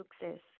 success